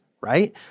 right